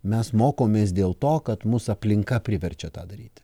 mes mokomės dėl to kad mus aplinka priverčia tą daryti